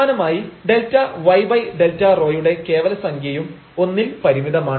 സമാനമായി ΔyΔρ യുടെ കേവല സംഖ്യയും 1 ൽ പരിമിതമാണ്